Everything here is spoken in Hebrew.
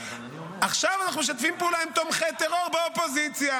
עכשיו אנחנו משתפים פעולה עם תומכי טרור באופוזיציה.